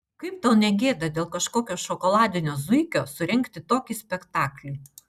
kaip tau ne gėda dėl kažkokio šokoladinio zuikio surengti tokį spektaklį